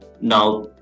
Now